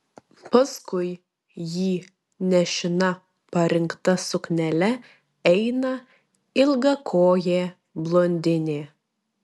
paskui jį nešina parinkta suknele eina ilgakojė blondinė